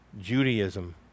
Judaism